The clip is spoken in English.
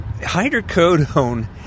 hydrocodone